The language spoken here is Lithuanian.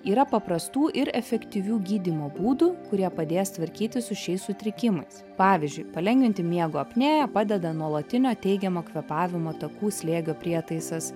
yra paprastų ir efektyvių gydymo būdų kurie padės tvarkytis su šiais sutrikimais pavyzdžiui palengvinti miego apnėją padeda nuolatinio teigiamo kvėpavimo takų slėgio prietaisas